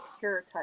sure